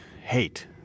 hate